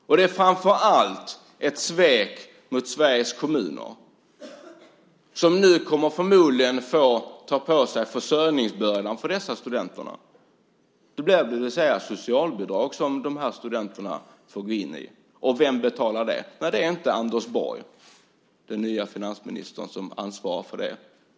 Och det är framför allt ett svek mot Sveriges kommuner, som nu förmodligen kommer att få ta på sig försörjningsbördan för dessa studenter. Det blir med andra ord socialbidrag som studenterna får försörja sig med. Vem betalar det? Det är inte den nye finansministern Anders Borg som ansvarar för det.